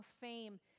fame